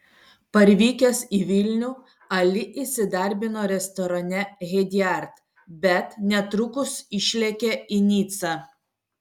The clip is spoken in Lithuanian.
parvykęs į vilnių ali įsidarbino restorane hediard bet netrukus išlėkė į nicą